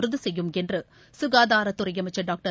உறுதி செய்யும் என்று சுகாதாரத்துறை அமைச்சர் டாக்டர்